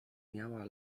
miała